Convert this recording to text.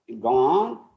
gone